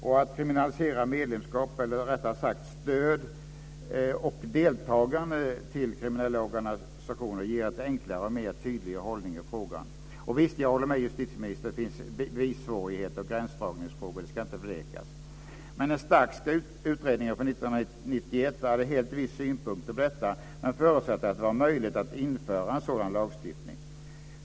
Att kriminalisera medlemskap, eller rättare sagt stöd till och deltagande i, kriminella organisationer ger en enklare och mer tydlig hållning i frågan. Visst håller jag med justitieministern om att det finns bevissvårigheter och gränsdragningsfrågor. Det ska inte förnekas. Starks utredning från 1991 hade helt visst synpunkter på detta men förutsatte att det var möjligt att införa en sådan lagstiftning.